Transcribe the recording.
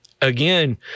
again